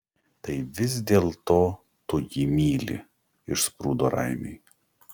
tai vis dėlto tu jį myli išsprūdo raimiui